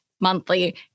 monthly